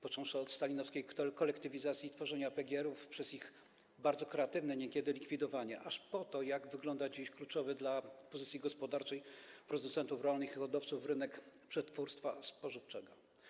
Począwszy od stalinowskiej kolektywizacji i tworzenia PGR-ów, przez ich bardzo kreatywne niekiedy likwidowanie, aż po to, jak wygląda dziś kluczowy dla pozycji gospodarczej producentów rolnych i hodowców rynek przetwórstwa spożywczego.